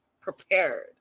prepared